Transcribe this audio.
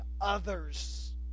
others